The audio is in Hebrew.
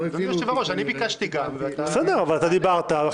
אדוני היושב-ראש, אני ביקשתי גם ואתה מתעלם.